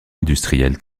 industrielles